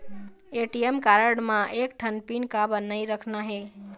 ATM card म एक ठन पिन काबर नई रखना हे?